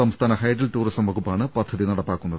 സംസ്ഥാന hydel tourism വകുപ്പാണ് പദ്ധതി നടപ്പാക്കുന്നത്